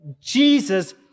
Jesus